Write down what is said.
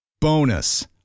Bonus